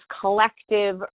collective